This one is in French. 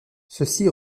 ceci